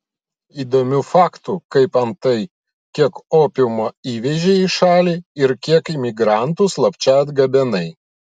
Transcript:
įdomių faktų kaip antai kiek opiumo įvežei į šalį ir kiek imigrantų slapčia atgabenai